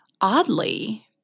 oddly